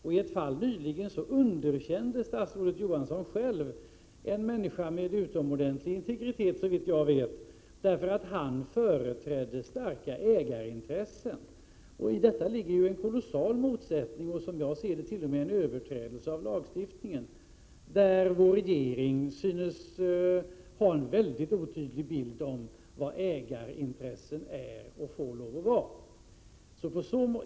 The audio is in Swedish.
I ett fall nyligen underkände statsrådet Johansson själv en person med, så vitt jag vet, utomordentlig integritet, på grund av att han företrädde starka ägarintressen. I detta ligger en kolossal motsättning och, som jag ser det, t.o.m. en överträdelse av lagen. Regeringen synes ha en mycket otydlig bild av vad ägarintressen är och får lov att vara.